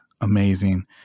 amazing